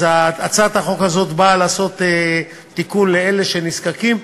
הצעת החוק הזאת באה לעשות תיקון לאלה שנזקקים,